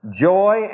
joy